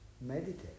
meditate